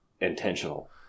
intentional